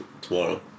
tomorrow